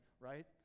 right